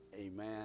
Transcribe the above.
amen